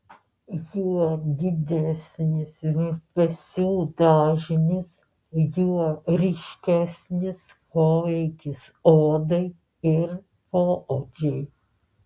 juo didesnis virpesių dažnis juo ryškesnis poveikis odai ir poodžiui